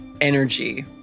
energy